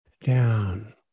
down